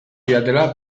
zidatela